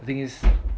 the thing is